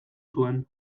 zuen